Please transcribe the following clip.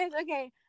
Okay